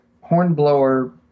hornblower